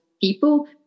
people